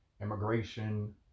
immigration